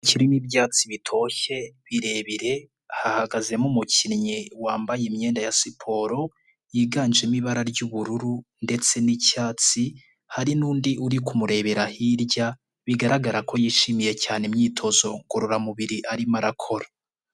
Kirimo ibyatsi bitoshye birebire, hahagazemo umukinnyi wambaye imyenda ya siporo yiganjemo ibara ry'ubururu ndetse n'icyatsi hari n'undi uri kumurebera hirya, bigaragara ko yishimiye cyane imyitozo ngororamubiri arimo arakora.